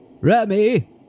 Remy